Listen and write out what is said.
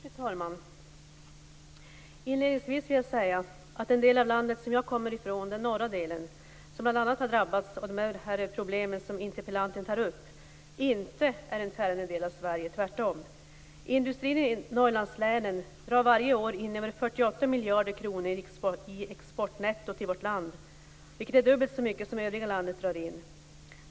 Fru talman! Inledningsvis vill jag säga att den del av landet som jag kommer från, den norra delen, som bl.a. har drabbats av de problem som interpellanten tar upp, inte är en tärande del av Sverige, tvärtom. Industrin i Norrlandslänen drar varje år in över 48 miljarder kronor i exportnetto till vårt land. Det är dubbelt så mycket som övriga landet drar in.